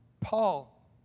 Paul